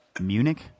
Munich